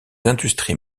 industries